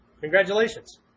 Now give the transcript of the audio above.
Congratulations